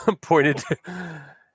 pointed